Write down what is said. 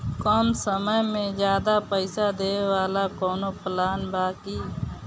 कम समय में ज्यादा पइसा देवे वाला कवनो प्लान बा की?